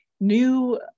new